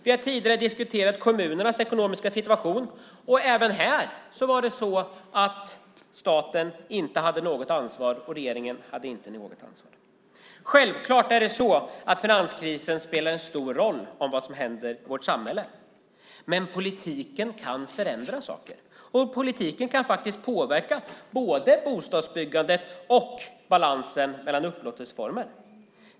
Vi har tidigare diskuterat kommunernas ekonomiska situation, och även där var det så att staten inte hade något ansvar och att regeringen inte hade något ansvar. Självklart spelar finanskrisen en stor roll för vad som händer i vårt samhälle, men politiken kan förändra saker. Och politiken kan påverka både bostadsbyggandet och balansen mellan upplåtelseformer.